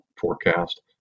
forecast